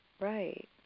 Right